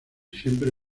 siempre